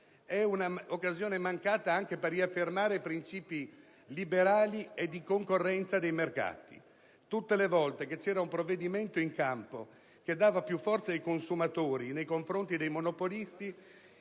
di un'occasione mancata anche per riaffermare princìpi liberali e di concorrenza dei mercati. Tutte le volte che vi era un provvedimento in campo che dava più forza ai consumatori nei confronti dei monopolisti,